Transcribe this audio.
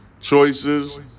choices